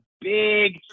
big